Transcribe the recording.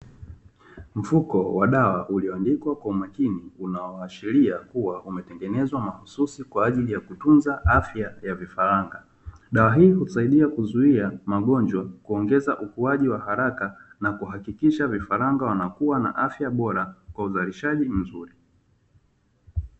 Mfuko wa dawa ulioandikwa kwa umakini unaoashiria kuwa umetengenezwa mahususi kwa ajili ya kutunza afya ya vifaranga. Dawa hii husaidia kuzuia magonjwa, kuongeza ukuaji wa haraka na kuhakikisha vifaranga wanakuwa na afya bora kwa uzalishaji mzuri.